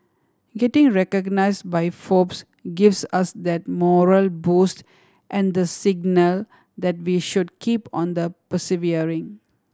getting recognised by Forbes gives us that morale boost and the signal that we should keep on the persevering